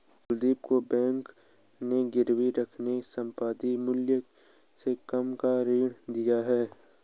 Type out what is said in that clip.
कुलदीप को बैंक ने गिरवी रखी संपत्ति के मूल्य से कम का ऋण दिया